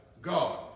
God